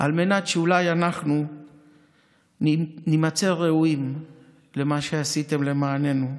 על מנת שאולי אנחנו נימצא ראויים למה שעשיתם למעננו.